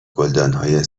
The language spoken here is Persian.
گلدانهای